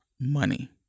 money